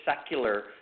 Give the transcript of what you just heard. secular